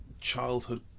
childhood